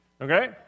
Okay